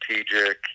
strategic